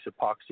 epoxy